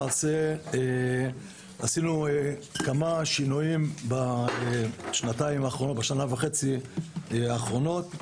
עשינו כמה שינויים בשנה וחצי האחרונות.